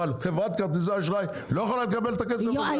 אבל חברת כרטיסי אשראי לא יכולה לקבל את הכסף הזה?